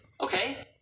okay